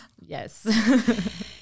Yes